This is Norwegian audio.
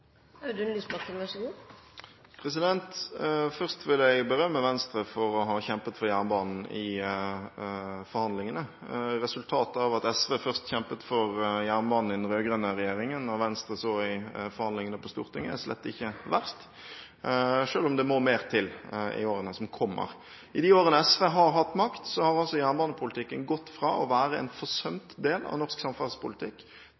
meiner Lysbakken og SV at jernbanevedlikehald er ei nedprioritert oppgåve, sjølv i eit avskjedsstatsbudsjett? Først vil jeg berømme Venstre for å ha kjempet for jernbanen i forhandlingene. Resultatet av at SV først kjempet for jernbanen i den rød-grønne regjeringen og Venstre så i forhandlingene på Stortinget, er slett ikke verst, selv om det må mer til i årene som kommer. I de årene SV har hatt makt, har jernbanepolitikken gått fra å være en